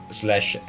slash